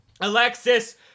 Alexis